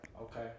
Okay